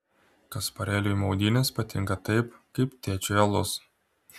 kasparėliui maudynės patinka taip kaip tėčiui alus